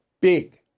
Big